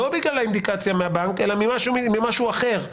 בגלל האינדיקציה מהבנק אלא ממשהו אחר.